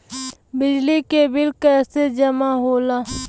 बिजली के बिल कैसे जमा होला?